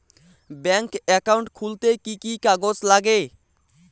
Bank account খুলতে কি কি কাগজ লাগে?